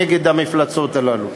נגד המפלצות הללו.